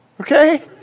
okay